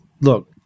Look